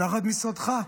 תחת משרדך.